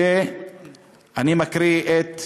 ואני מקריא גם